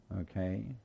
Okay